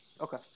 okay